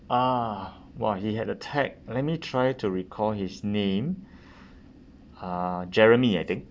ah !wah! he had a tag let me try to recall his name uh jeremy I think